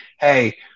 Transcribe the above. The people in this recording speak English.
Hey